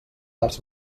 arts